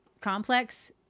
complex